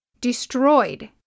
destroyed